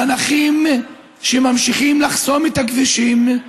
לנכים שממשיכים לחסום את הכבישים,